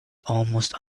almost